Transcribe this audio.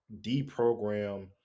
deprogram